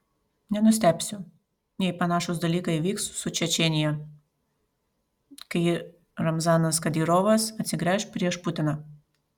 nenustebsiu jei panašūs dalykai vyks su čečėnija kai ramzanas kadyrovas atsigręš prieš putiną